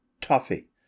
Toffee